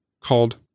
called